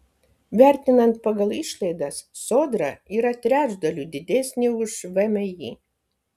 vertinant pagal išlaidas sodra yra trečdaliu didesnė už vmi